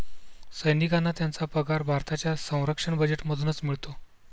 सैनिकांना त्यांचा पगार भारताच्या संरक्षण बजेटमधूनच मिळतो